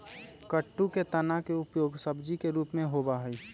कुट्टू के तना के उपयोग सब्जी के रूप में होबा हई